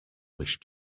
which